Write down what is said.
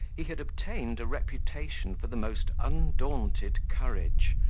he had obtained a reputation for the most undaunted courage,